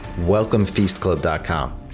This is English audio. Welcomefeastclub.com